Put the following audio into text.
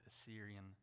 Assyrian